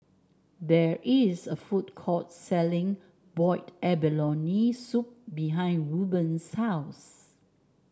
there is a food court selling Boiled Abalone Soup behind Ruben's house